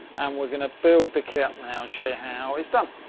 um we're gonna build the kit up now, and show you how it's done.